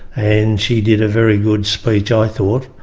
and she did a very good speech i thought,